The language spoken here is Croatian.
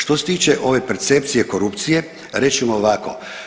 Što se tiče ove percepcije korupcije reći ćemo ovako.